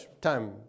time